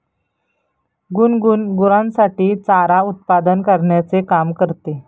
गुनगुन गुरांसाठी चारा उत्पादन करण्याचे काम करते